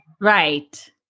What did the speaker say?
Right